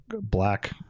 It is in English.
black